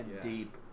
deep